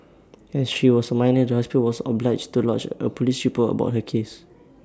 as she was A minor the hospital was obliged to lodge A Police report about her case